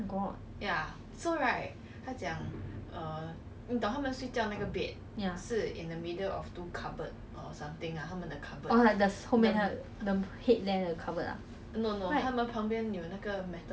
ya it's like near the ya